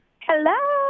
Hello